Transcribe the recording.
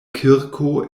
kirko